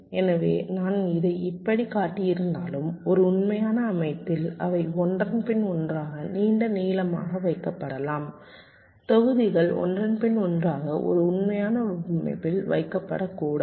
எனவே நான் இதை இப்படி காட்டியிருந்தாலும் ஒரு உண்மையான அமைப்பில் அவை ஒன்றன் பின் ஒன்றாக நீண்ட நீளமாக வைக்கப்படலாம் தொகுதிகள் ஒன்றன் பின் ஒன்றாக ஒரு உண்மையான அமைப்பில் வைக்கப்படக்கூடாது